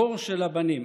הקור של הבנים.